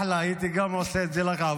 אחלה, הייתי עושה את זה גם לך.